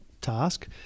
task